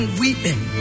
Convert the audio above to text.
weeping